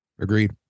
Agreed